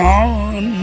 on